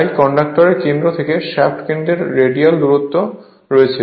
তাই কন্ডাকটরের কেন্দ্র থেকে শ্যাফ্টের কেন্দ্রে রেডিয়াল দূরত্ব রয়েছে